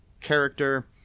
character